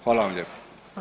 Hvala vam lijepa.